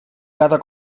cada